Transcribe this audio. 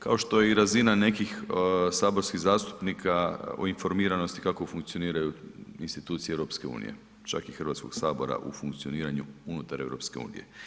Kao što je i razina nekih saborskih zastupnika o informiranosti kako funkcioniraju institucije EU čak i Hrvatskog sabora u funkcioniranju unutar EU.